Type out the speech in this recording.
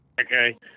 Okay